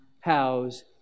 house